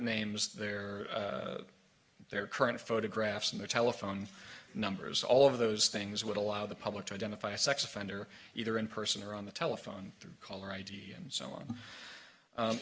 names their their current photographs and their telephone numbers all of those things would allow the public to identify a sex offender either in person or on the telephone caller id and so on